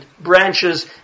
branches